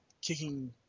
kicking